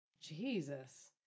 Jesus